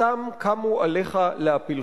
סתם קמו עליך להפילך.